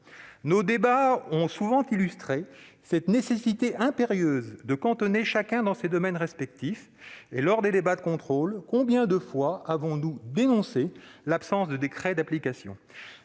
Nos débats ont souvent illustré cette impérieuse nécessité de cantonner chacun dans son domaine respectif. Lors des débats de contrôle, combien de fois avons-nous dénoncé l'absence de publication